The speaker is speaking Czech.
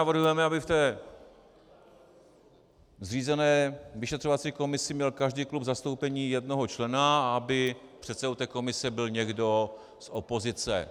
Navrhujeme, aby ve zřízené vyšetřovací komisi měl každý klub v zastoupení jednoho člena a aby předsedou komise byl někdo z opozice.